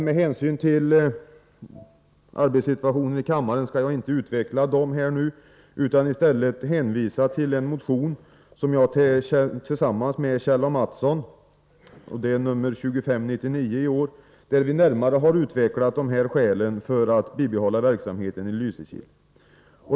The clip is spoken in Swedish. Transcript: Med tanke på arbetssituationen i riksdagen skall jag inte närmare utveckla skälen för bibehållande av verksamheten i Lysekil, utan hänvisar till motion 1983/84:2599 där jag tillsammans med Kjell A. Mattsson ingående redovisar dessa skäl.